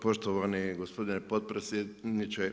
Poštovani gospodine potpredsjedniče.